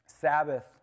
Sabbath